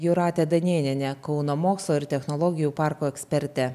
jūratė danėnienė kauno mokslo ir technologijų parko ekspertė